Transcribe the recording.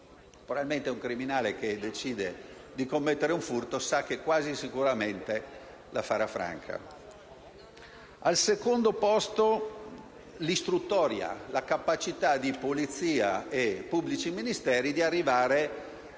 Probabilmente un criminale che decide di commettere un furto, sa che quasi sicuramente la farà franca. Al secondo posto l'istruttoria, cioè la capacità di polizia e pubblici ministeri di arrivare